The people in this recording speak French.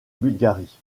bulgarie